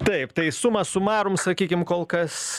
taip tai suma sumarum sakykim kol kas